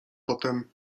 potem